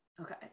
Okay